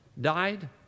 died